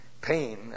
pain